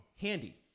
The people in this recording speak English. handy